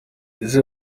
ese